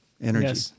energy